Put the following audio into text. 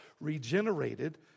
regenerated